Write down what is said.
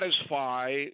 Satisfy